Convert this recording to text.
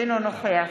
אינו נוכח